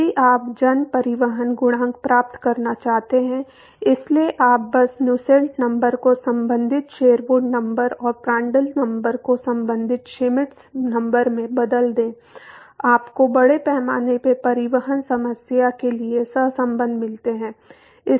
यदि आप जन परिवहन गुणांक प्राप्त करना चाहते हैं इसलिए आप बस नुसेल्ट नंबर को संबंधित शेरवुड नंबर और प्रांड्टल नंबर को संबंधित श्मिट नंबर से बदल दें आपको बड़े पैमाने पर परिवहन समस्या के लिए सहसंबंध मिलते हैं